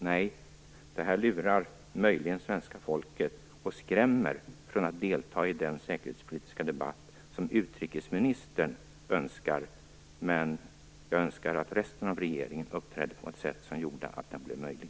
Nej, det här lurar möjligen svenska folket och skrämmer från att delta i den säkerhetspolitiska debatt som utrikesministern önskar, men jag önskar att resten av regeringen uppträdde på ett sätt som gjorde att den blev möjlig.